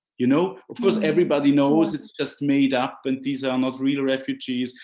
you know. of course everybody knows it's just made up and these are not real refugees,